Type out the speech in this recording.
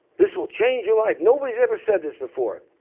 this will change your life. nobody's ever said this before.